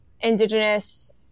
indigenous